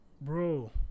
Bro